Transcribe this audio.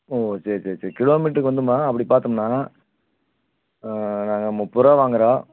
ஓ சரி சரி சரி கிலோமீட்டருக்கு வந்தும்மா அப்படி பார்த்தோம்னா நாங்கள் முப்பதுரூவா வாங்குகிறோம்